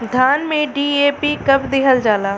धान में डी.ए.पी कब दिहल जाला?